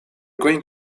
going